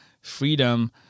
freedom